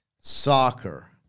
Soccer